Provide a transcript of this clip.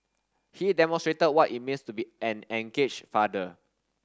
he demonstrated what it means to be an engaged father